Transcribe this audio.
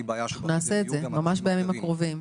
אנחנו נעשה את זה, ממש בימים הקרובים.